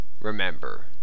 remember